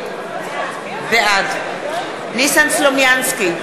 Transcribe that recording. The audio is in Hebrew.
בעד ניסן סלומינסקי,